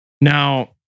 now